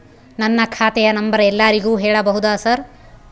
ನನ್ನ ಖಾತೆಯ ನಂಬರ್ ಎಲ್ಲರಿಗೂ ಹೇಳಬಹುದಾ ಸರ್?